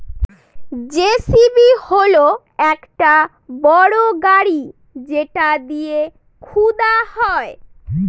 JCB হল একটা বড় গাড়ি যেটা দিয়ে খুদা হয়